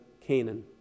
Canaan